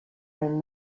been